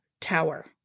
tower